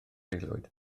aelwyd